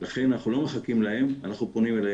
לכן אנחנו לא מחכים להם, אנחנו פונים אליהם.